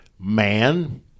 man